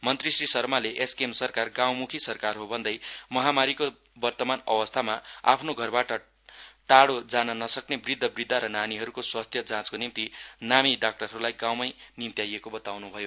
मन्त्री श्री शर्माले एसकेएम सरकार गाउँम्खी सरकार हो भन्दै महामारीको वतर्मान अवस्थामा आफ्नो घरबाट टाइो जान नसक्ने वृद्ध बृद्धा र नानीहरूको स्वास्थ्य जाँचको निम्ति नामी डाक्टरहरूलाई गाउँमै निमताउने बताउन्भयो